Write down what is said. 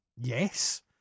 Yes